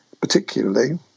particularly